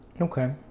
Okay